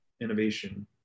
innovation